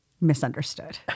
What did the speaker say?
misunderstood